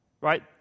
right